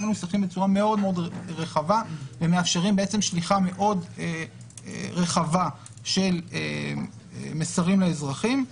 מנוסחים בצורה מאוד-מאוד רחבה ומאפשרים שליחה מאוד רחבה של מסרים לאזרחים.